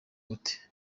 ubute